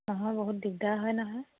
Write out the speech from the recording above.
নহয় বহুত দিগদাৰ হয় নহয়